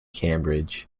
cambridge